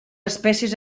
espècies